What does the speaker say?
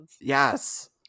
Yes